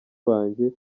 wanjye